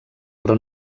però